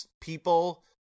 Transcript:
people